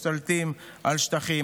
משתלטים על שטחים,